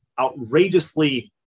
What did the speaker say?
outrageously